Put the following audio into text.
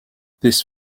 this